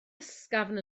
ysgafn